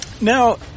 Now